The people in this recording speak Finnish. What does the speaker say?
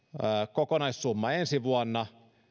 kokonaissumma ensi vuonna